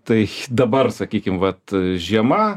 tai dabar sakykim vat žiema